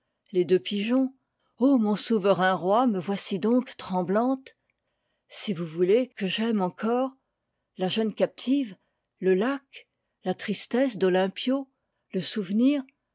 les deux pigeons ô mon souverain roi me voici donc tremblante si vous voulez que j'aime encore la jeune captive le lac la tristesse d'olympio le souvenir